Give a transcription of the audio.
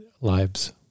Lives